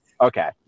Okay